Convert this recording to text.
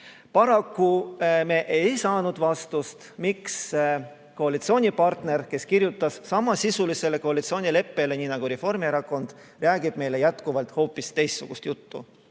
Paraku me ei saanud vastust, miks koalitsioonipartner, kes kirjutas alla samasisulisele koalitsioonileppele nagu Reformierakondki, räägib meile jätkuvalt hoopis teistsugust juttu.